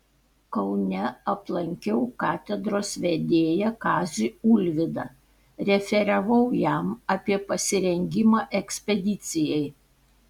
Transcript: kaune aplankiau katedros vedėją kazį ulvydą referavau jam apie pasirengimą ekspedicijai